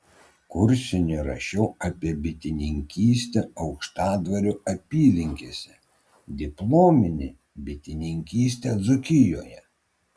kursinį rašiau apie bitininkystę aukštadvario apylinkėse diplominį bitininkystę dzūkijoje